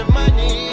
money